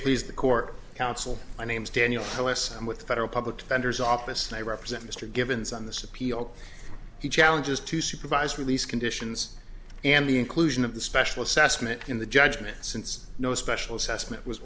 please the court counsel my name's daniel ls i'm with the federal public defender's office they represent mr givens on this appeal he challenges to supervised release conditions and the inclusion of the special assessment in the judgment since no special assessment was